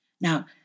Now